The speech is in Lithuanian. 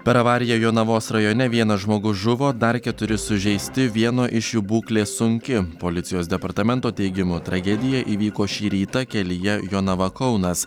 per avariją jonavos rajone vienas žmogus žuvo dar keturi sužeisti vieno iš jų būklė sunki policijos departamento teigimu tragedija įvyko šį rytą kelyje jonava kaunas